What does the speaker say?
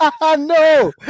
no